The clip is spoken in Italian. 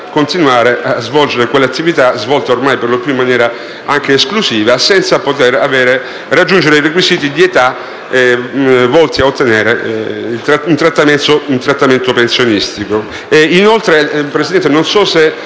continuare a svolgere quell'attività, svolta ormai in maniera per lo più esclusiva, senza poter raggiungere i requisiti di età volti ad ottenere un trattamento pensionistico. Inoltre, Presidente, illustro